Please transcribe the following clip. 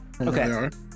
Okay